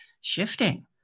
shifting